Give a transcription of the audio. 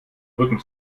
rücken